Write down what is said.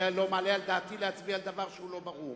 אני לא מעלה על דעתי להצביע על דבר שהוא לא ברור.